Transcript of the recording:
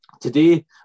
Today